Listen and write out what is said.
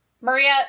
Maria